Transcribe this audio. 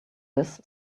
this